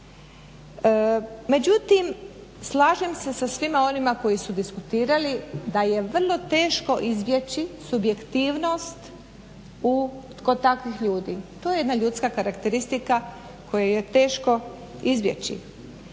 Međutim slažem se sa svima onima koji su diskutirali da je vrlo teško izbjeći subjektivnost kod takvih ljudi. To je jedna ljudska karakteristika koju je teško izbjeći.